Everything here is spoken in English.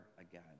again